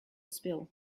spill